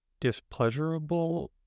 displeasurable